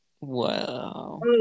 Wow